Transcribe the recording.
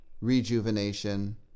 rejuvenation